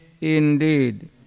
Indeed